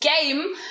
game